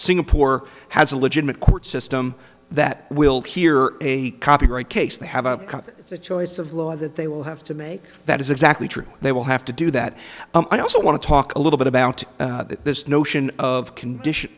singapore has a legitimate court system that will hear a copyright case they have come to the choice of law that they will have to make that is exactly true they will have to do that i also want to talk a little bit about that this notion of condition